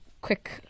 quick